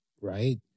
Right